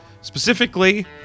Specifically